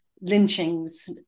lynchings